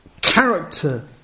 character